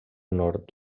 nord